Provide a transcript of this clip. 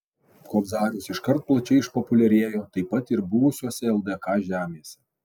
kobzarius iškart plačiai išpopuliarėjo taip pat ir buvusiose ldk žemėse